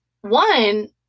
One